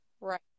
Right